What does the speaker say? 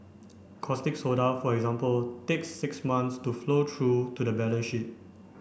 caustic soda for example takes six months to flow through to the balance sheet